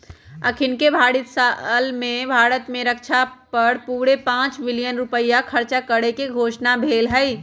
अखनीके आर्थिक साल में भारत में रक्षा पर पूरे पांच बिलियन रुपइया खर्चा करेके घोषणा भेल हई